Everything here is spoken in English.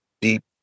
deep